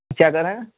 کیا کہہ رہے ہیں